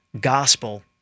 gospel